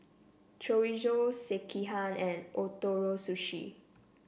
Chorizo Sekihan and Ootoro Sushi